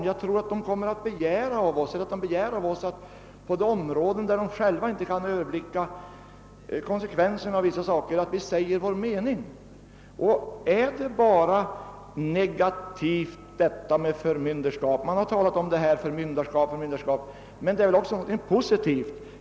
Jag tror att den begär av oss att vi på de områden, där den själv inte kan överblicka konsekvenserna av vissa saker, säger vår mening. Man har talat så mycket om förmynderskap, men är det bara någonting negativt? Nej, det är också någonting positivt.